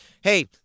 Hey